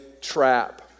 trap